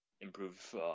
improve